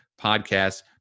podcast